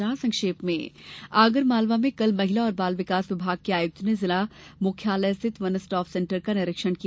समाचार संक्षेप में आगरमालवा में कल महिला और बाल विकास विभाग के आयुक्त ने जिला मुख्यालय स्थित वन स्टाप सेंटर का निरीक्षण किया